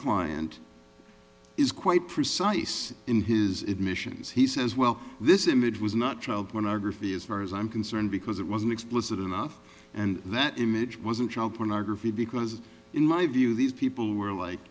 client is quite precise in his admissions he says well this image was not child pornography as far as i'm concerned because it wasn't explicit enough and that image wasn't child pornography because in my view these people were like